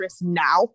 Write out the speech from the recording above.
now